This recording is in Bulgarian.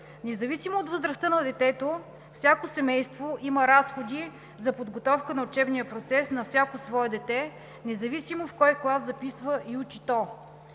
Независимо от възрастта на детето всяко семейство има разходи за подготовка на учебния процес на всяко свое дете, независимо в кой клас записва и учи то.